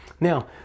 now